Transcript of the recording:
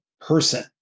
person